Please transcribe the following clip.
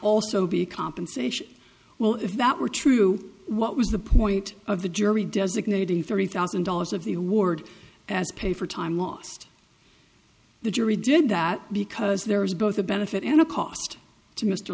also be compensation well if that were true what was the point of the jury designating thirty thousand dollars of the award as pay for time lost the jury did that because there is both a benefit and a cost to mr